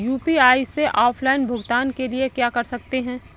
UPI से offline भुगतान के लिए क्या कर सकते हैं?